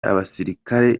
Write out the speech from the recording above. abasirikare